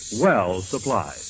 well-supplied